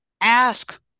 Ask